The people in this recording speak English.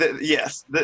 yes